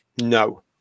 no